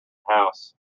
house